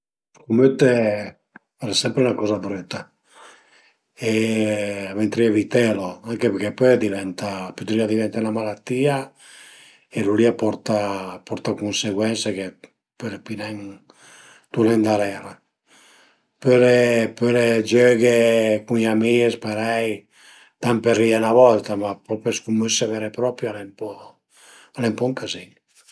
Scumëtte al e sempre 'na coza brüta e ventarìa evitelo anche perché pöi a diventa, a pudrì diventé 'na malatìa e lu li a porta a porta dë cunseguense che pöle pi nen turné ëndarera. Pöle pöle giöghe cun i amis parei tant për ri-i 'na volta, ma propi scumësse vere e proprie al e ën po al e ën po ün cazin